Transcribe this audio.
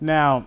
Now